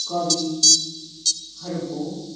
कविहरूको